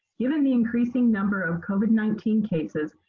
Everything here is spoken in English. given the increasing number of covid nineteen cases,